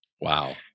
Wow